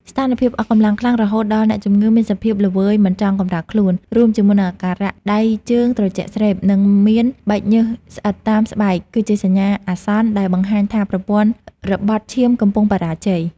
ស្ថានភាពអស់កម្លាំងខ្លាំង រហូតដល់អ្នកជំងឺមានសភាពល្វើយមិនចង់កម្រើកខ្លួន រួមជាមួយនឹងអាការៈដៃជើងត្រជាក់ស្រេប និងមានបែកញើសស្អិតតាមស្បែក គឺជាសញ្ញាអាសន្នដែលបង្ហាញថាប្រព័ន្ធរបត់ឈាមកំពុងបរាជ័យ។